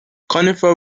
conifer